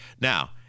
Now